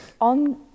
On